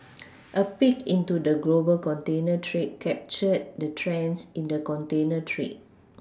a peek into the global container trade captured the trends in the container trade